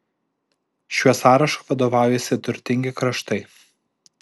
šiuo sąrašu vadovaujasi turtingi kraštai